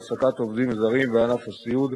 לשינוי שיטת העסקת העובדים הזרים בענף הסיעוד.